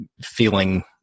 feeling